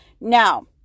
Now